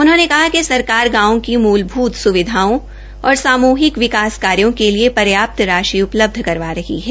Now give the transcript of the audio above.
उन्होंने कहा कि सरकार गांवों की मूलभूत सुविधाए और सामूहिक विकास कार्यो के लिए पर्याप्त राशि उपलब्ध करवा रही है